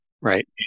Right